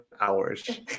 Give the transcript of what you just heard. hours